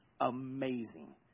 amazing